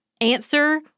answer